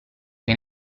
che